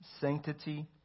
sanctity